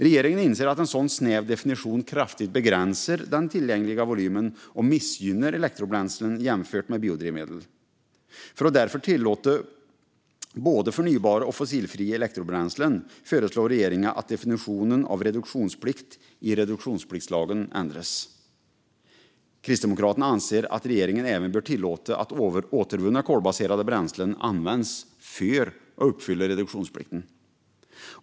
Regeringen inser att en sådan snäv definition kraftigt begränsar den tillgängliga volymen och missgynnar elektrobränslen jämfört med biodrivmedel. För att därför tillåta både förnybara och fossilfria elektrobränslen föreslår regeringen att definitionen av reduktionsplikt i reduktionspliktslagen ändras. Kristdemokraterna anser att regeringen även bör tillåta att återvunna kolbaserade bränslen används för att uppfylla reduktionsplikten.